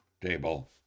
table